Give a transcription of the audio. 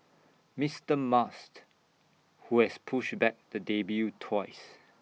Mister must who has pushed back the debut twice